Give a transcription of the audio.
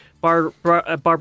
Barbara